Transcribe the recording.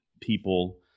people